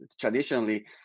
traditionally